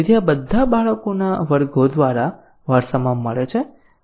આ બધા બાળકોના વર્ગો દ્વારા વારસામાં મળે છે અને